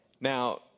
now